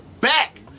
back